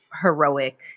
heroic